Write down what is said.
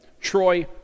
Troy